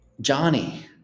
Johnny